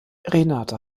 renate